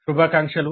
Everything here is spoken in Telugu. శుభాకాంక్షలు